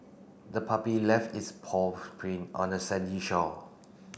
the puppy left its paw print on a sandy shore